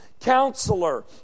Counselor